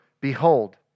behold